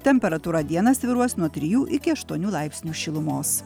temperatūra dieną svyruos nuo trijų iki aštuonių laipsnių šilumos